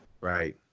Right